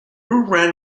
ran